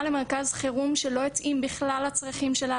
למרכז חירום שלא התאים בכלל לצרכים שלה,